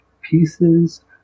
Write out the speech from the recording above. pieces